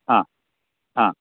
आ आ